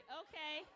okay